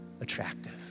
attractive